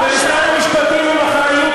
היית שרת הקליטה, היית